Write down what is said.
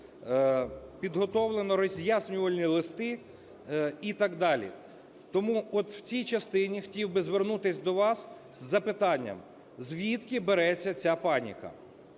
підготовлено роз'яснювальні листи і так далі. Тому от в цій частині хотів би звернутись до вас з запитанням, звідки береться ця паніка?